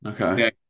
Okay